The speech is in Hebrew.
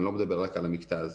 אני לא מדבר רק על המקטע הזה.